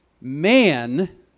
man